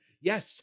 Yes